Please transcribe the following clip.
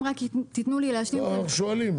אם רק תיתנו לי להשלים --- אנחנו שואלים.